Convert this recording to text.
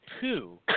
two